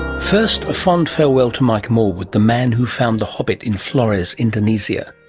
first a fond farewell to mike morwood, the man who found the hobbit in flores, indonesia.